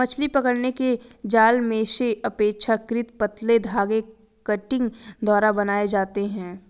मछली पकड़ने के जाल मेशेस अपेक्षाकृत पतले धागे कंटिंग द्वारा बनाये जाते है